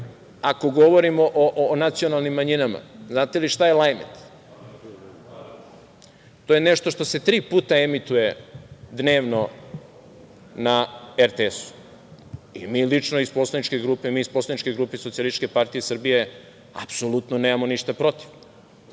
ako govorimo o nacionalnim manjinama, znate li šta je Lajmet? To je nešto što se tri puta emituje dnevno na RTS-u i mi lično iz poslaničke grupe Socijalističke partije Srbije apsolutno nemamo ništa protiv.